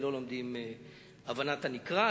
לא לומדים הבנת הנקרא,